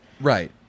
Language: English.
Right